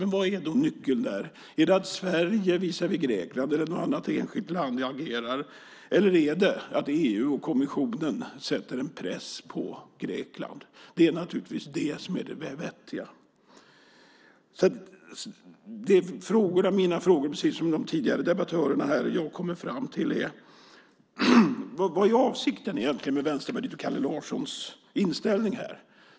Men vad är nyckeln - är den att Sverige eller något annat enskilt land agerar visavi Grekland, eller är den att EU och kommissionen sätter press på Grekland? Det är naturligtvis det sistnämnda som är det vettiga. De frågor som jag har kommit fram till är: Vad är avsikten med Vänsterpartiets och Kalle Larssons inställning här?